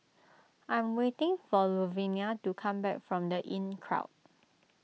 I'm waiting for Luvenia to come back from the Inncrowd